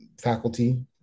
faculty